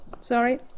sorry